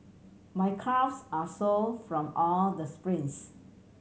my calves are sore from all the sprints